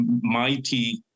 mighty